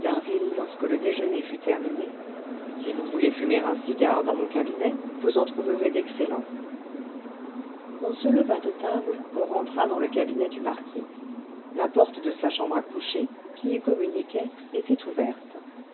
lorsque le déjeuner fut terminé si vous voulez fumer un cigare dans mon cabinet vous en trouverez d'excellents on se leva de table on rentra dans le cabinet du marquis la porte de sa chambre à coucher qui y communiquait était ouverte